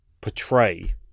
portray